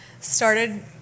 started